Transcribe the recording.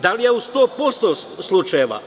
Da li je u 100% slučajeva?